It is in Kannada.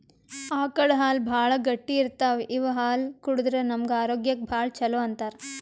ಆಕಳ್ ಹಾಲ್ ಭಾಳ್ ಗಟ್ಟಿ ಇರ್ತವ್ ಇವ್ ಹಾಲ್ ಕುಡದ್ರ್ ನಮ್ ಆರೋಗ್ಯಕ್ಕ್ ಭಾಳ್ ಛಲೋ ಅಂತಾರ್